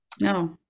no